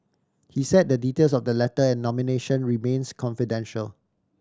he said the details of the letter and nomination remains confidential